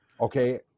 okay